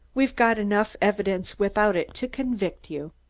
we've got enough evidence without it to convict you.